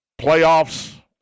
playoffs